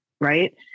right